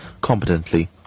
competently